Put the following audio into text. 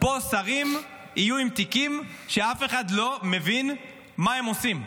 פה שרים יהיו עם תיקים שאף אחד לא מבין מה הם עושים,